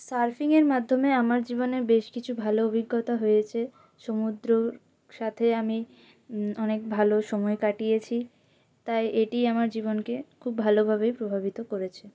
সার্ফিংয়ের মাধ্যমে আমার জীবনে বেশ কিছু ভালো অভিজ্ঞতা হয়েছে সমুদ্রর সাথে আমি অনেক ভালো সময় কাটিয়েছি তাই এটি আমার জীবনকে খুব ভালোভাবে প্রভাবিত করেছে